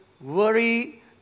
worry